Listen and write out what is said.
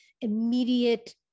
immediate